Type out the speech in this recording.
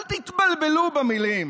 אל תתבלבלו במילים,